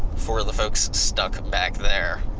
for the folks stuck back there.